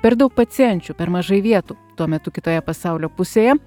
per daug pacienčių per mažai vietų tuo metu kitoje pasaulio pusėje